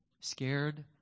Scared